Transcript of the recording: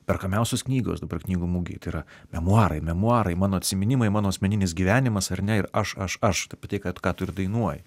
perkamiausios knygos dabar knygų mugėj tai yra memuarai memuarai mano atsiminimai mano asmeninis gyvenimas ar ne ir aš aš aš apie tai ką tu ir dainuoji